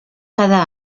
cada